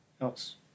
else